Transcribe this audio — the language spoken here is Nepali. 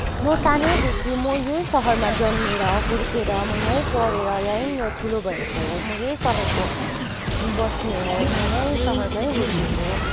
म सानैदेखि म यही सहरमा जन्मेर हुर्किएर म यहीँ पढे्र यहीँ नै ठुलो भएको हो म यही सहरको बस्ने हो म यहीँ सहरमै हुर्किएको हो